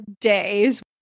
days